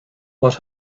what